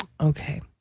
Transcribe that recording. Okay